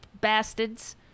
bastards